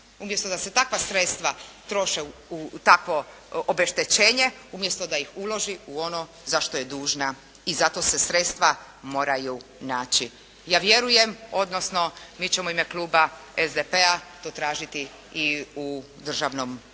Umjesto da se takva sredstva troše u tako obeštećenje, umjesto da ih uloži u ono za što je dužna i zato se sredstva moraju naći. Ja vjerujem, odnosno mi ćemo u ime kluba SDP-a to tražiti i u državnom proračunu